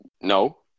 no